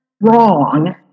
wrong